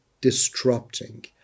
disrupting